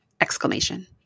exclamation